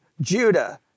Judah